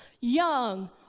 young